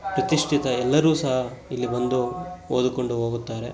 ಪ್ರತಿಷ್ಠಿತ ಎಲ್ಲರು ಸಹ ಇಲ್ಲಿ ಬಂದು ಓದಿಕೊಂಡು ಹೋಗುತ್ತಾರೆ